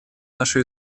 нашу